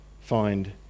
find